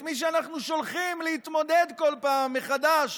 את מי שאנחנו שולחים להתמודד כל פעם מחדש?